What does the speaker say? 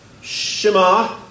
Shema